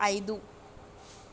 ఐదు